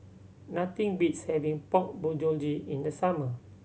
nothing beats having Pork Bulgogi in the summer